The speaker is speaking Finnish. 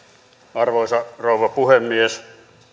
arvoisa rouva puhemies